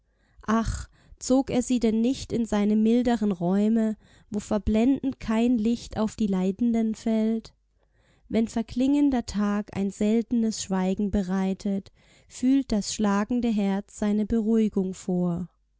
zog er sie denn nicht in seine milderen räume wo verblendend kein licht auf die leidenden fällt wenn verklingender tag ein seltenes schweigen bereitet fühlt das schlagende herz seine beruhigung vor